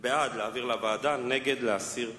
בעד, להעביר לוועדה, נגד, להסיר מסדר-היום.